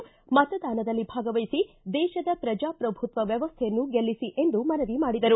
ಮತದಾನದಲ್ಲಿ ಭಾಗವಹಿಸಿ ದೇಶದ ಪ್ರಜಾಪ್ರಭುತ್ವ ವ್ವವಸ್ಥೆಯನ್ನು ಗೆಲ್ಲಿಸಿ ಎಂದು ಮನವಿ ಮಾಡಿದರು